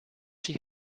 she